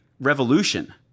revolution